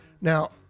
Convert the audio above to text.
Now